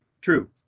True